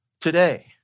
today